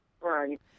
Right